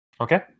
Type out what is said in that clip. Okay